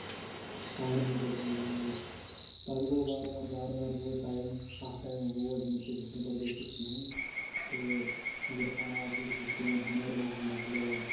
خاندرن منٛز ٲسۍ یِوان بَناونہٕ پَتہٕ گوٚو وارٕ وارٕ وارٕ وارٕ ووت ٹایم اکھ ٹایم ووت یِم چیٖز ہٮ۪کہِ نہٕ پَتہٕ گٔژھِتھ کِہینۍ تہٕ یہِ آرٹ یُس یہِ سون ہُنر اوس یہِ مۄکلو اَسہِ